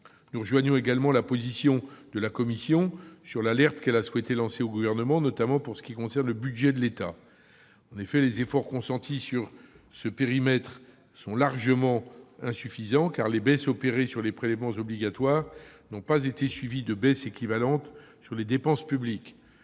Nous rejoignons également la commission pour lancer une alerte à l'intention du Gouvernement, notamment pour ce qui concerne le budget de l'État. En effet, les efforts consentis sur ce périmètre sont largement insuffisants, car les baisses opérées sur les prélèvements obligatoires n'ont pas été suivies de baisses équivalentes des dépenses publiques.